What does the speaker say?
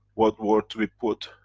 what word to be put,